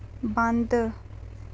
बंद